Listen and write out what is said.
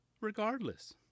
Regardless